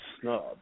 snub